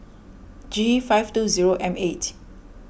G five two zero M eight